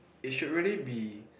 it should really be